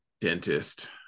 dentist